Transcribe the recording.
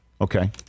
okay